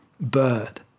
bird